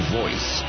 voice